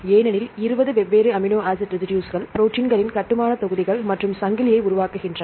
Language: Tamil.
ஏனெனில் 20 வெவ்வேறு அமினோ ஆசிட் ரெசிடுஸ்கள் ப்ரோடீன்களின் கட்டுமான தொகுதிகள் மற்றும் சங்கிலியை உருவாக்குகின்றன